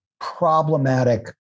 problematic